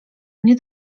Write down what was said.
mnie